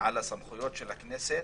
על הסמכויות של הכנסת,